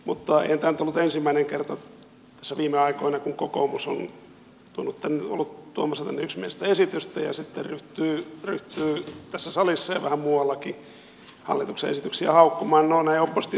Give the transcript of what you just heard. mutta eihän tämä nyt ollut ensimmäinen kerta tässä viime aikoina kun kokoomus on ollut tuomassa tänne yksimielistä esitystä ja sitten ryhtyy tässä salissa ja vähän muuallakin hallituksen esityksiä haukkumaan